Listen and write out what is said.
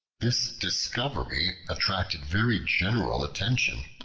this discovery attracted very general attention,